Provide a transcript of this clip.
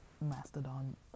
mastodon